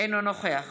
אינו נוכח